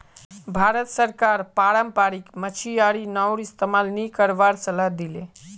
भारत सरकार पारम्परिक मछियारी नाउर इस्तमाल नी करवार सलाह दी ले